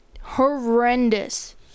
Horrendous